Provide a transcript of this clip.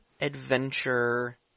adventure